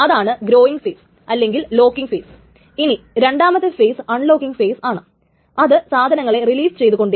ഇതാണ് വിജയകരമായി x ൽ എഴുതിയിരിക്കുന്ന ഏതൊരു ട്രാൻസാക്ഷനും വരുന്ന ഏറ്റവും വലിയ ടൈംസ്റ്റാമ്പ് അതുപോലെ തന്നെ റീഡ് ടൈംസ്റ്റാമ്പും ഉണ്ട്